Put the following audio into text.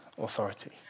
authority